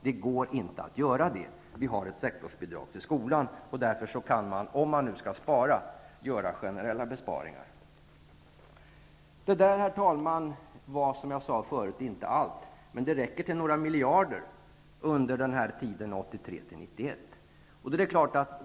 Det finns ett sektorsbidrag till skolan, och därför kan man om man skall spara endast göra generella besparingar. Herr talman! Detta var, som jag tidigare sade, inte allt. Men det räcker till några miljarder under perioden 1983--1991.